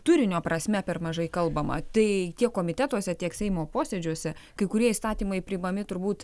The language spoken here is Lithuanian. turinio prasme per mažai kalbama tai tiek komitetuose tiek seimo posėdžiuose kai kurie įstatymai priimami turbūt